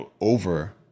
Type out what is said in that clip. over